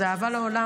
זו אהבה לעולם.